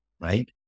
right